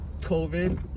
COVID